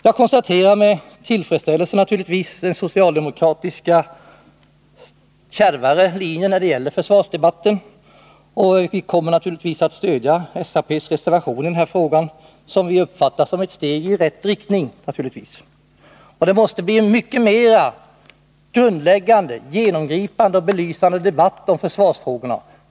Jag konstaterar med tillfredsställelse att socialdemokraterna har börjat driva en kärvare linje i försvarsdebatten. Vi kommer naturligtvis att stödja s-reservationen i denna fråga, då vi uppfattar den som ett steg i rätt riktning. Det måste bli en mer genomgripande och belysande debatt om försvarsfrågorna.